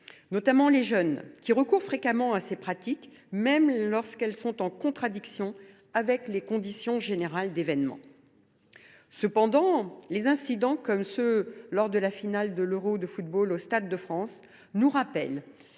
particulier les jeunes, qui recourent fréquemment à ces pratiques, même lorsqu’elles sont en contradiction avec les conditions générales des événements. Cependant, les incidents comme ceux qui ont marqué la finale de l’Euro de football au Stade de France nous rappellent